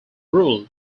rural